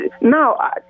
Now